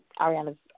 Ariana's